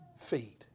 feet